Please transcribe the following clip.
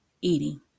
eating